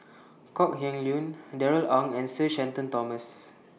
Kok Heng Leun Darrell Ang and Sir Shenton Thomas